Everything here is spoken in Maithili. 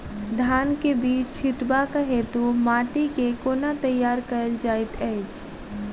धान केँ बीज छिटबाक हेतु माटि केँ कोना तैयार कएल जाइत अछि?